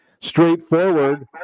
straightforward